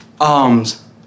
Arms